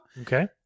okay